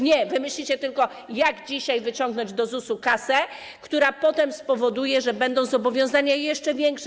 Nie, wy myślicie tylko o tym, jak dzisiaj wyciągnąć do ZUS-u kasę, która potem spowoduje, że będą zobowiązania jeszcze większe.